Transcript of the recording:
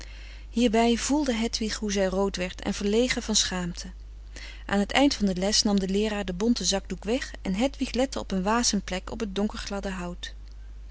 hierbij voelde hedwig hoe zij rood werd en verlegen van schaamte aan t eind van de les nam de leeraar den bonten zakdoek weg en hedwig lette op een wasemplek op t donkergladde hout